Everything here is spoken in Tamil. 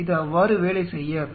இது அவ்வாறு வேலை செய்யாது